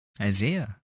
Isaiah